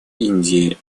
индии